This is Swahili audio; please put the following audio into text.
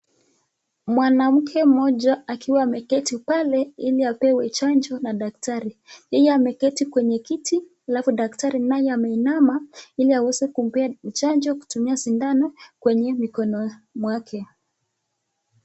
Mwanamke mmoja akiwa ameketi pale ili apewe chanjo na daktari. Yeye ameketi kwenye kiti alafu daktari nayo ameinama ili aweze kumpea chanjo kutumia sindano kwenye mikono mwake.